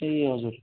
ए हजुर